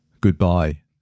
Goodbye